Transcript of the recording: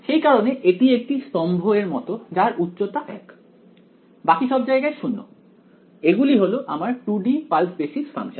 সেই কারণে এটি একটি স্তম্ভ এর মত যার উচ্চতা 1 বাকি সব জায়গায় 0 এগুলি হল আমার 2 D পালস বেসিস ফাংশন